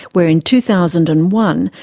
where in two thousand and one,